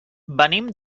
venim